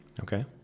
Okay